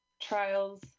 trials